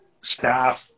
staff